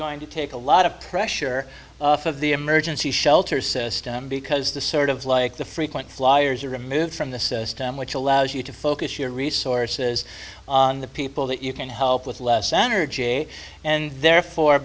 going to take a lot of pressure off of the emergency shelter system because the sort of like the frequent flyers are removed from the system which allows you to focus your resources on the people that you can help with less energy and therefore